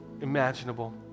imaginable